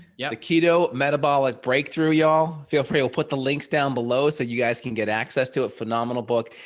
yeah, the keto metabolic breakthrough y'all. feel free, we'll put the links down below. that so you guys can get access to a phenomenal book.